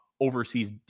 overseas